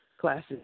classes